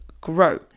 grow